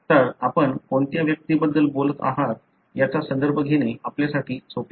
तर आपण कोणत्या व्यक्तीबद्दल बोलत आहात याचा संदर्भ घेणे आपल्यासाठी सोपे आहे